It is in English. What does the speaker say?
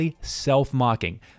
self-mocking